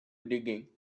digging